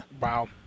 Wow